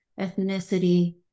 ethnicity